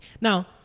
Now